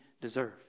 deserve